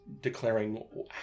declaring